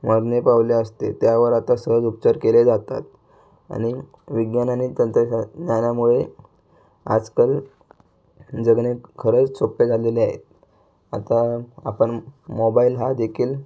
मरण पावले असते त्यावर आता सहज उपचार केले जातात आणि विज्ञान आणि तंत्रज्ञा ज्ञानामुळे आजकाल जगणे खरंच सोप्पे झालेले आहे आता आपण मोबाइल हा देखील